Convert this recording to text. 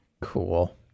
Cool